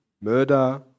Murder